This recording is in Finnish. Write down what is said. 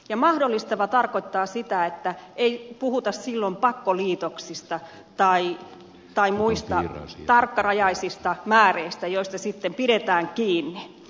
mahdollistava tarkoittaa sitä että ei puhuta silloin pakkoliitoksista tai muista tarkkarajaisista määreistä joista sitten pidetään kiinni